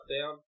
down